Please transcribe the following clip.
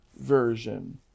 Version